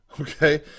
okay